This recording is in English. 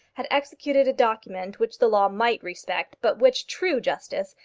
had executed a document which the law might respect, but which true justice,